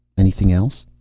anything else?